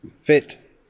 fit